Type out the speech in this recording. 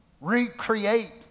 Recreate